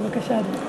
בבקשה, אדוני.